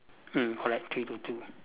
mm correct three two two